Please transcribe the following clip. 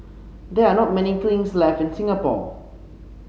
there are not many kilns left in Singapore